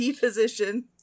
position